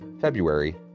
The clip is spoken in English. February